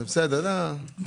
בסדר, לא.